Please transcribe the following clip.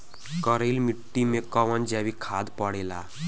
करइल मिट्टी में कवन जैविक खाद पड़ेला?